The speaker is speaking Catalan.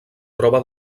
troba